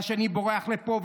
והשני בורח לפה,